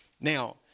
Now